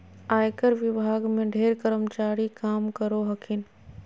आयकर विभाग में ढेर कर्मचारी काम करो हखिन